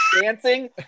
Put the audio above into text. dancing